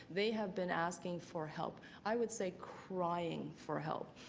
they have been asking for help. i would say crying for help.